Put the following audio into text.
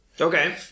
Okay